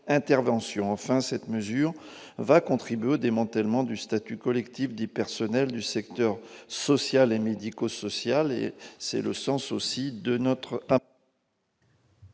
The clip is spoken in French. Enfin, cette mesure contribuera au démantèlement du statut collectif des personnels du secteur social et médico-social.